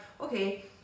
okay